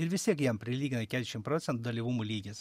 ir vis tiek jam prilygina keturiasdešim procentų dalyvumo lygis